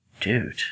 Dude